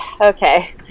Okay